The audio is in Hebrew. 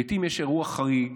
לעיתים יש אירוע חריג,